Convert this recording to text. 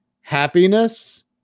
happiness